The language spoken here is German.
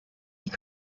die